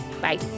Bye